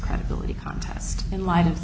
credibility contest in light of